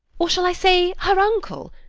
or shall i say her uncle?